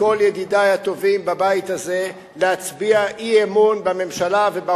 וראש ממשלה, שתרגישו שיש שר בממשלה.